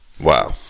Wow